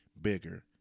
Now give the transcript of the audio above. bigger